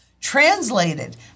Translated